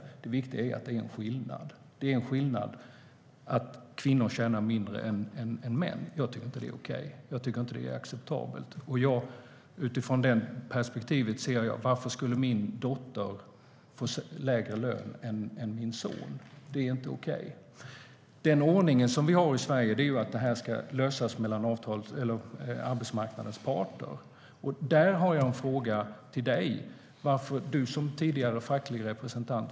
Det viktiga är att det är en skillnad och att kvinnor tjänar mindre än män. Jag tycker inte att det är acceptabelt. Den ordning som vi har i Sverige är att detta ska lösas av arbetsmarknadens parter. Då har jag en fråga till dig som tidigare facklig representant.